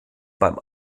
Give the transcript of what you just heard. beim